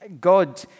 God